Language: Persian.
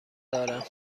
دارم